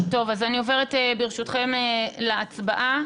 טוב, אז אני עוברת, ברשותכם, להצבעה,